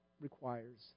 requires